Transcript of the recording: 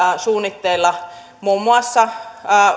suunnitteilla muun muassa